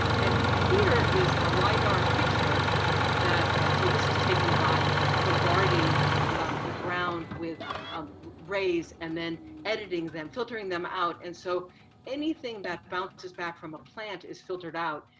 and here is a lidar picture that, so this is taken by bombarding the ground with rays and then editing them, filtering them out. and so anything that bounces back from a plant is filtered out.